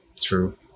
True